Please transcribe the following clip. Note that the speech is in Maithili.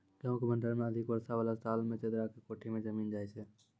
गेहूँ के भंडारण मे अधिक वर्षा वाला साल मे चदरा के कोठी मे जमीन जाय छैय?